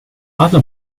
other